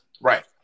Right